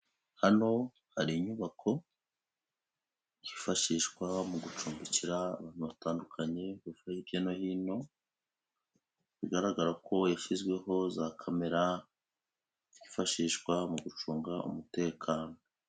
Hano hari inyubako yifashishwa mu gucumbikira abantu batandukanye bavuye hirya no hino, bigaragara ko yashyizweho za kamera zifashishwa mu gucunga umutekano.